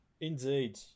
Indeed